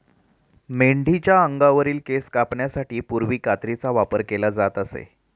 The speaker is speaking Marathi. मेंढीच्या अंगावरील केस कापण्यासाठी पूर्वी कात्रीचा वापर केला जात असे